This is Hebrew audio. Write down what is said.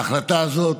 ההחלטה הזאת,